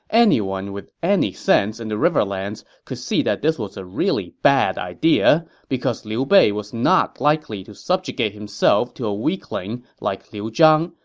anyone with any sense in the riverlands could see that this was ah a bad idea because liu bei was not likely to subjugate himself to a weakling like liu zhang,